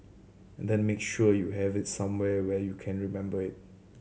and then make sure you have it somewhere where you can remember it